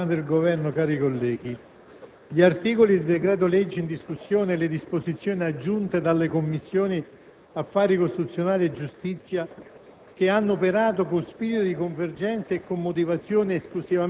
Presidente, onorevole rappresentante del Governo, cari colleghi, gli articoli del decreto-legge in discussione e le disposizioni aggiunte dalle Commissioni affari costituzionali e giustizia,